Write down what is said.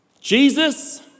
Jesus